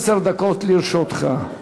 עשר דקות לרשותך.